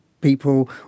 people